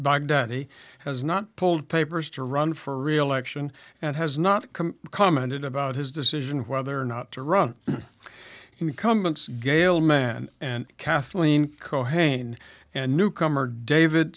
bike daddy has not pulled papers to run for reelection and has not commented about his decision whether or not to run incumbents gail man and kathleen koch hand and newcomer david